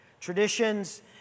Traditions